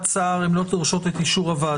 שר והן לא דורשות את אישור הוועדה.